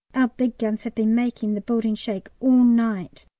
our big guns have been making the building shake all night.